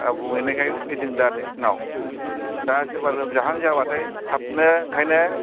ओ बुंहैनायखाय फैदों दा नोंसोरनाव दा सोरबा लोमजाहां जाबाथाय थाबनो बेनिखायनो